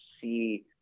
see